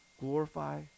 glorify